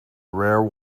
rare